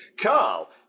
Carl